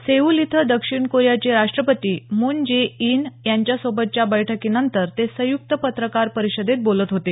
Seoul इथं दक्षिण कोरियाचे राष्ट्रपती मून जेई इन यांच्यासोबतच्या बैठकीनंतर ते संयुक्त पत्रकार परिषदेत बोलत होते